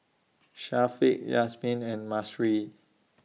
Syafiq Yasmin and Mahsuri